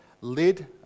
led